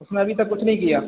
उसमें अभी तक कुछ नहीं किया